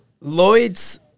Lloyds